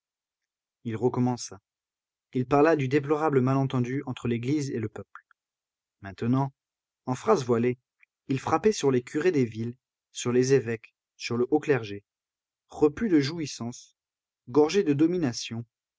il recommença il parla du déplorable malentendu entre l'église et le peuple maintenant en phrases voilées il frappait sur les curés des villes sur les évêques sur le haut clergé repu de jouissance gorgé de domination